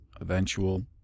eventual